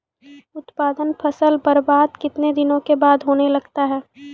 उत्पादन फसल बबार्द कितने दिनों के बाद होने लगता हैं?